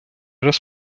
раз